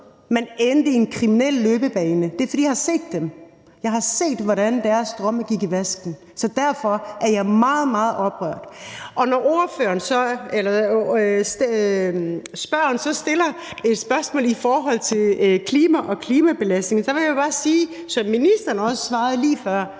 noget ende i en kriminel løbebane, jeg har set, hvordan deres drømme gik i vasken, så derfor er jeg meget, meget oprørt. Og når spørgeren så stiller et spørgsmål i forhold til klima og klimabelastning, vil jeg jo bare sige, som ministeren også svarede lige før,